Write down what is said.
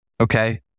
Okay